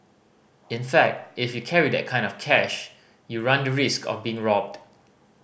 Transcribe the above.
in fact if you carry that kind of cash you run the risk of being robbed